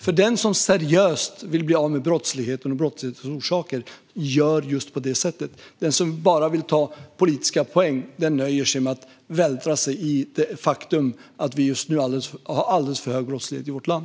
För den som seriöst vill bli av med brottsligheten och orsakerna till den gör just så. Den som bara vill ta politiska poäng nöjer sig med att vältra sig i det faktum att det just nu är alldeles för hög brottslighet i vårt land.